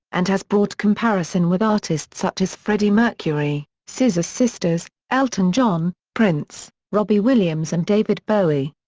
and has brought comparison with artists such as freddie mercury, scissor sisters, elton john, prince, robbie williams and david bowie.